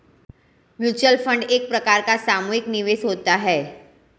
mutual fund एक प्रकार का सामुहिक निवेश होता है